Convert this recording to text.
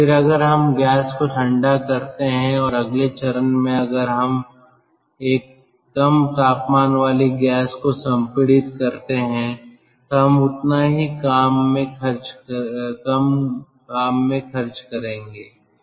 फिर अगर हम गैस को ठंडा करते हैं और अगले चरण में अगर हम एक कम तापमान वाली गैस को संपीड़ित करते हैं तो हम उतना ही काम में खर्च करेंगे